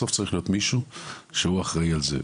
בסוף צריך להיות מישהו שהוא אחראי על זה,